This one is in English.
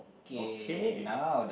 okay